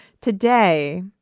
today